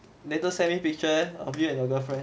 later send me picture eh of you and your girlfriend